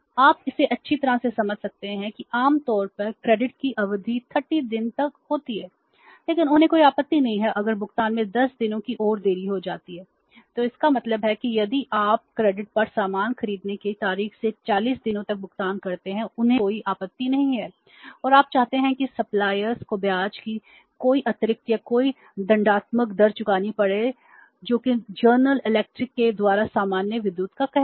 आप इसे अच्छी तरह से समझ सकते हैं कि आम तौर पर क्रेडिट की अवधि 30 दिन होती है लेकिन उन्हें कोई आपत्ति नहीं है अगर भुगतान में 10 दिनों की और देरी हो जाती है तो इसका मतलब है कि यदि आप क्रेडिट के द्वारा सामान्य विद्युत का कहना है